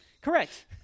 Correct